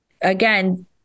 again